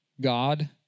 God